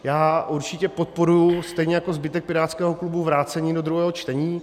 Já určitě podporuji, stejně jako zbytek pirátského klubu, vrácení do druhého čtení.